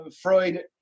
freud